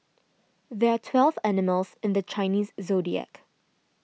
there are twelve animals in the Chinese zodiac